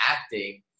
acting